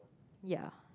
ya